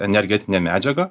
energetinė medžiaga